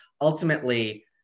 ultimately